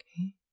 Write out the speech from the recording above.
Okay